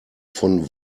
von